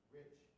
rich